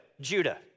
Judah